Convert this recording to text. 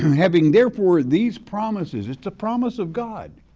having therefore these promises, it's the promise of god.